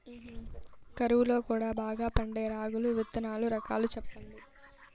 కరువు లో కూడా బాగా పండే రాగులు విత్తనాలు రకాలు చెప్పండి?